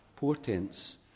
Portents